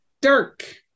Dirk